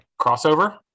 crossover